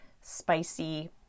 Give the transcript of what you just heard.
spicy